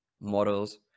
models